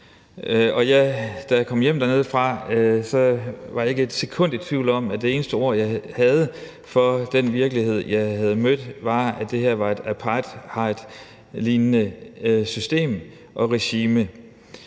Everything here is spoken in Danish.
Da jeg kom hjem dernedefra, var jeg ikke et sekund i tvivl om, at det eneste ord, jeg havde for den virkelighed, jeg havde mødt, var, at det her var et apartheidlignende system og regime.